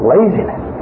Laziness